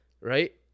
right